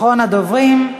אחרון הדוברים.